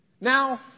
Now